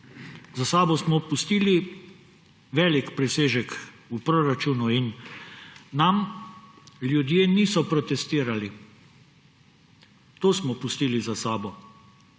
za sabo smo pustili velik presežek v proračunu in nam ljudje niso protestirali. To smo pustili za sabo.